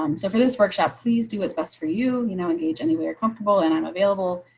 um so for this workshop, please do what's best for you. you know, engage anywhere comfortable and i'm available,